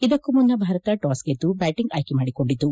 ಇದಕ್ಕೂ ಮುನ್ನ ಭಾರತ ಟಾಸ್ ಗೆದ್ದು ಬ್ಹಾಟಂಗ್ ಆಯ್ಕೆ ಮಾಡಿಕೊಂಡಿತು